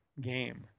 game